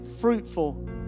fruitful